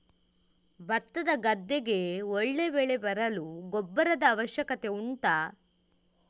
ಭತ್ತದ ಗದ್ದೆಗೆ ಒಳ್ಳೆ ಬೆಳೆ ಬರಲು ಗೊಬ್ಬರದ ಅವಶ್ಯಕತೆ ಉಂಟಾ